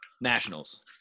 Nationals